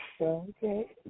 okay